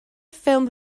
ffilm